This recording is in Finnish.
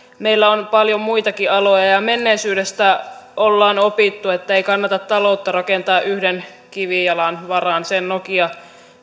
meillä on paljon muitakin aloja ja menneisyydestä ollaan opittu ettei kannata taloutta rakentaa yhden kivijalan varaan sen nokia